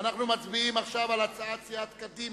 מצביעים עכשיו על הצעת סיעת קדימה.